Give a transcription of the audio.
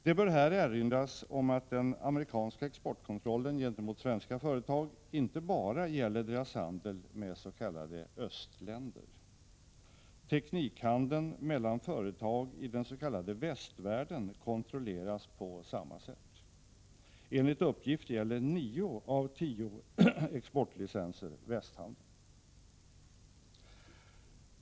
Det bör erinras om att den amerikanska exportkontrollen gentemot svenska företag inte bara gäller deras handel med s.k. östländer. Teknikhandeln mellan företag i den s.k. västvärlden kontrolleras på samma sätt. Enligt uppgift gäller nio av tio exportlicenser västhandeln.